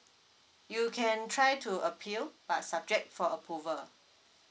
you can try to appeal but subject for approval